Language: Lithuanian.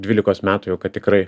dvylikos metų jau kad tikrai